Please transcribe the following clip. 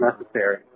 necessary